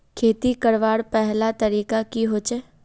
खेती करवार पहला तरीका की होचए?